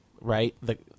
right